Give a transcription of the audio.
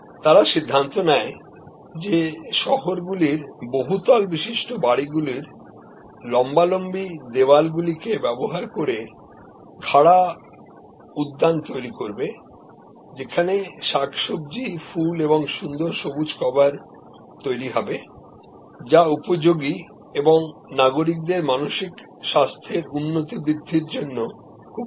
তারা সিদ্ধান্ত নেয় যেশহরগুলির বহুতলবিশিষ্ট বাড়িগুলোর ভার্টিক্যাল দেওয়াল গুলিকে ব্যবহার করে খাড়া উদ্যান তৈরি করবে যেখানে শাকসবজি ফুল এবং সুন্দর সবুজ কভার তৈরি হবে যা উপযোগী এবং নাগরিকদের মানসিক স্বাস্থ্যেরউন্নতি বৃদ্ধির জন্য খুব ভাল